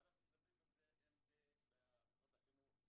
אני רוצה לקחת את זה טיפה לרמה אחרת.